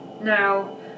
now